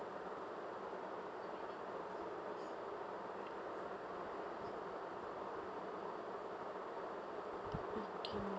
nineteen month